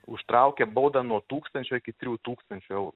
užtraukia baudą nuo tūkstančio iki trijų tūkstančių eurų